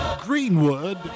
Greenwood